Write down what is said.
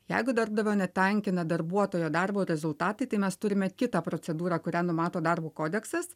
jeigu darbdavio netenkina darbuotojo darbo rezultatai tai mes turime kitą procedūrą kurią numato darbo kodeksas